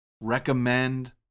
recommend